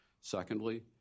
Secondly